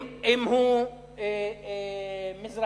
אם הוא מזרחי,